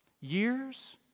years